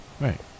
Right